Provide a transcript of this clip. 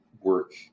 work